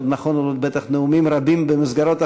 עוד נכונו לו בטח נאומים רבים במסגרות אחרות,